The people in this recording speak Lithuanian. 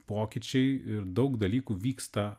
pokyčiai ir daug dalykų vyksta